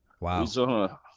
Wow